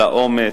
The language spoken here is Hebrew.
על האומץ,